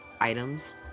items